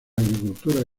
agricultura